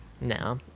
now